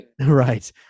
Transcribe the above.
right